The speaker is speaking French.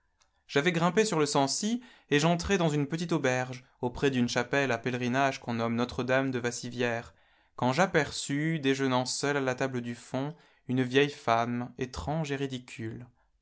j'avais grimpé sur le sancy et j'entrais dans une petite auberge auprès d'une chapelle à pèlerinage qu'on nomme notre-dame de vassivière quand j'aperçus déjeunant seule à la table du fond une vieille femme étrange et ridicule